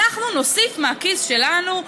אנחנו נוסיף מהכיס שלנו,